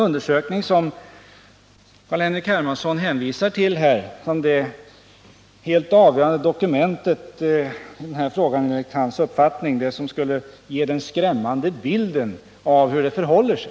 Carl-Henrik Hermansson hänvisar till en undersökning som skulle vara det helt avgörande dokumentet i denna fråga och som skulle ge den skrämmande bilden av hur det förhåller sig.